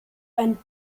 ein